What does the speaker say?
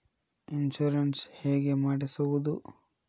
Insurance ಹೇಗೆ ಮಾಡಿಸುವುದು?